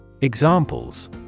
Examples